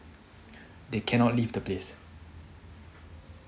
they cannot leave the place